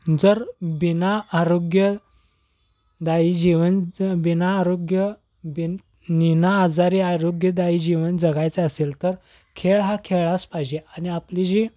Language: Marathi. जर बिनाआरोग्यदाई जीवनच बिनाआरोग्य बिन नीना आजारी आरोग्यदायी जीवन जगायचं असेल तर खेळ हा खेळलाच पाहिजे आणि आपली जी